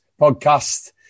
podcast